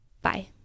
bye